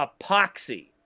epoxy